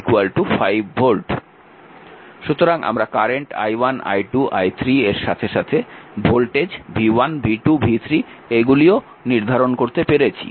সুতরাং আমরা current i1 i2 এবং i3 এর সাথে সাথে ভোল্টেজ v1 v2 v3 এগুলিও নির্ধারণ করতে পেরেছি